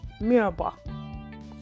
Mirabah